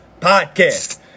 Podcast